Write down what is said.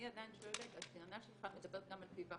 אני עדיין שואלת הטענה שלך מדברת גם על טיב האחריות.